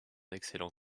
excellent